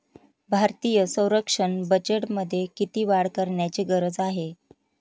भारतीय संरक्षण बजेटमध्ये किती वाढ करण्याची गरज आहे?